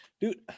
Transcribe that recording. Dude